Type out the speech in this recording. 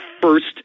first